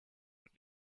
what